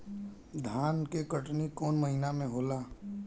धान के कटनी कौन महीना में होला?